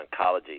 Oncology